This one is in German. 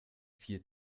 vier